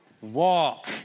Walk